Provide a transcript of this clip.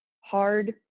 hard